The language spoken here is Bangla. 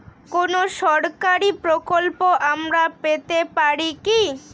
কোন সরকারি প্রকল্প আমরা পেতে পারি কি?